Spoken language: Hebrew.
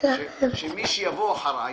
שמי שיבוא אחריי,